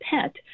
pet